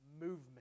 movement